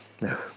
No